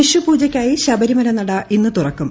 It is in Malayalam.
വിഷുപൂജയ്ക്കായി ശബരിമല നട ഇന്ന് തുറക്കും